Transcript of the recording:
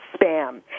spam